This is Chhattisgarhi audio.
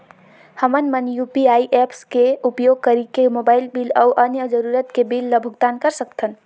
हमन मन यू.पी.आई ऐप्स के उपयोग करिके मोबाइल बिल अऊ अन्य जरूरत के बिल ल भुगतान कर सकथन